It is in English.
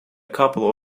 couple